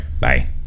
bye